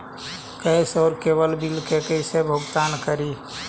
Gas और cable bill के कैसे भुगतान करी?